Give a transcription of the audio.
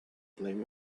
blame